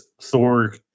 thor